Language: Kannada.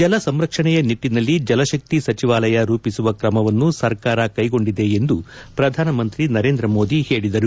ಜಲಸಂರಕ್ಷಣೆಯ ನಿಟ್ಟಿನಲ್ಲಿ ಜಲಶಕ್ತಿ ಸಚಿವಾಲಯ ರೂಪಿಸುವ ಕ್ರಮವನ್ನು ಸರ್ಕಾರ ಕೈಗೊಂಡಿದೆ ಎಂದು ಪ್ರಧಾನಿ ಮೋದಿ ಹೇಳಿದರು